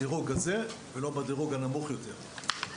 בדירוג הזה, ולא בדירוג הנמוך יותר".